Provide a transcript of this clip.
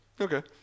Okay